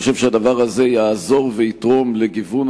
אני חושב שהדבר הזה יעזור ויתרום לגיוון